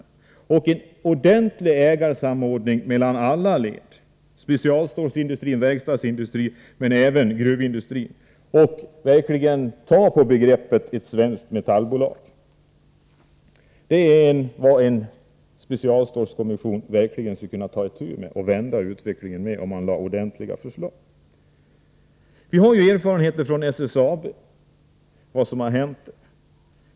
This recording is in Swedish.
Man måste åstadkomma en ordentlig ägarsamordning mellan alla led — specialstålsindustri, verkstadsindustri och även gruvindustri och verkligen ta på begreppet ett svenskt metallbolag. Detta är vad en specialstålskommission skulle kunna ta itu med och vända utvecklingen, om den lade fram ordentliga förslag. Vi har ju erfarenheter från SSAB och vad som har hänt där.